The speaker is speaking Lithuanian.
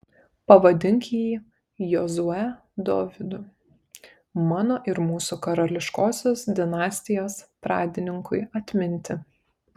pavadink jį jozue dovydu mano ir mūsų karališkosios dinastijos pradininkui atminti